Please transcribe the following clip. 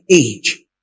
age